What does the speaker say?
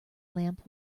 lamp